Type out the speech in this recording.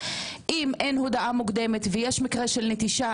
אם אין הודעה מוקדמת ויש מקרה של נטישה,